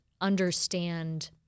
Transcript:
understand